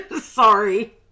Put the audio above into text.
Sorry